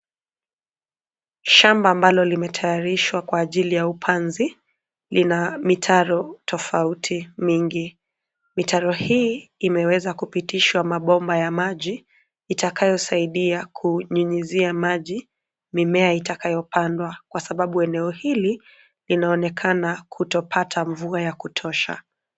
Shamba amabalo limetayarishwa kwa ajili ya upanzi lina mitaro tofauti mingi, mitaro hii imewezwa kupitishwa mabomba ya maji itakayosaidia kunyunyizia maji mimea itakayopandwa kwa sababu eneo hili linaonekana kutopata mvua ya kutosha.